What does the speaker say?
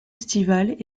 estivales